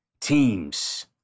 teams